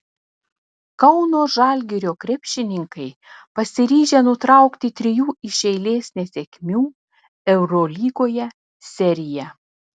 kauno žalgirio krepšininkai pasiryžę nutraukti trijų iš eilės nesėkmių eurolygoje seriją